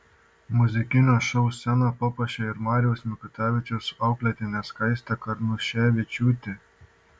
muzikinio šou sceną papuošė ir marijaus mikutavičiaus auklėtinė skaistė karnuševičiūtė